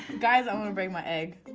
guys, i'm gonna break my egg.